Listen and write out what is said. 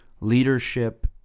leadership